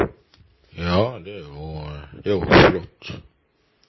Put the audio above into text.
Ja, det er det. Det er